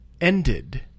ended